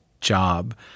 job